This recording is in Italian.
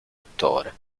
attore